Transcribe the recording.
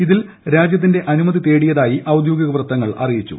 ഇതിൽ രാജ്യത്തിന്റെ അനുമതി തേടിയതായി ഔദ്യോഗിക വൃത്തങ്ങൾ അറിയിച്ചു